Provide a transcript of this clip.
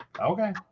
Okay